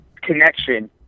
connection